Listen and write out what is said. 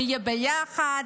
נהיה ביחד,